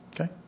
Okay